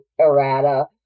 errata